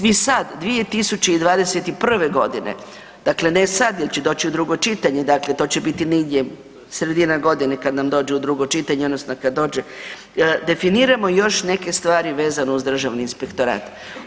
Mi sad 2021. g., dakle ne sad jer će doći u drugo čitanje, dakle to će biti negdje sredina godine kad nam dođe u drugo čitanje, odnosno kad dođe, definiramo još neke stvari vezano Državni inspektorat.